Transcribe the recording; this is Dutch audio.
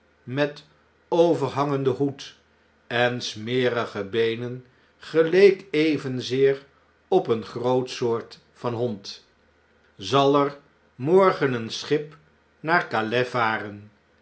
met overhangenden hoed en smerige beenen geleek evenzeer op een groot soort van hond zal er morgen een schip naar calais varen